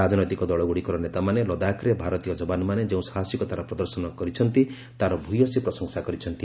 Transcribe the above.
ରାଜନୈତିକ ଦଳଗ୍ରଡ଼ିକର ନେତାମାନେ ଲଦାଖରେ ଭାରତୀୟ ଜବାନମାନେ ଯେଉଁ ସାହସିକତାର ପ୍ରଦର୍ଶନ କରିଛନ୍ତି ତା'ର ଭ୍ୟସୀ ପ୍ରଶଂସା କରିଛନ୍ତି